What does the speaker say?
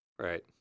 Right